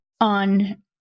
on